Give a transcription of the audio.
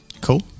Cool